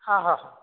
ହଁ